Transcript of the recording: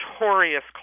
notorious